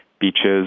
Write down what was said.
beaches